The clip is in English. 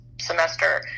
semester